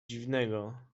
dziwnego